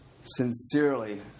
sincerely